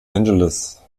angeles